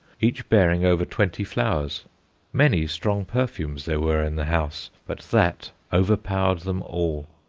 each bearing over twenty flowers many strong perfumes there were in the house, but that overpowered them all.